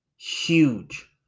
huge